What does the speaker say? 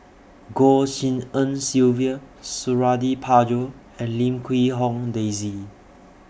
Goh Tshin En Sylvia Suradi Parjo and Lim Quee Hong Daisy